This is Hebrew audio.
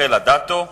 רחל אדטו,